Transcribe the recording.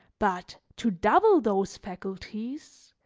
but to double those faculties,